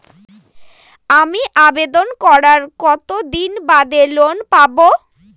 আমি আবেদন করার কতদিন বাদে লোন পাব?